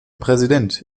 präsident